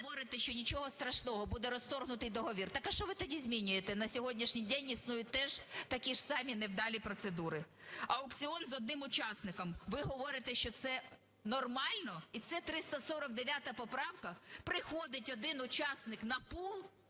ви говорите, що нічого страшного, буде розторгнутий договір. Так а що ви тоді змінюєте? На сьогоднішній день існують теж такі ж самі невдалі процедури. Аукціон з одним учасником. Ви говорите, що це нормально і це 349 поправка? Приходить один учасник на Пул,